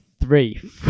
three